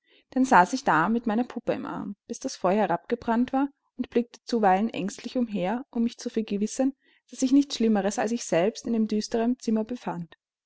dann saß ich da mit meiner puppe im arm bis das feuer herabgebrannt war und blickte zuweilen ängstlich umher um mich zu vergewissern daß sich nichts schlimmeres als ich selbst in dem düsteren zimmer befand